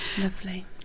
Lovely